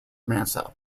mansell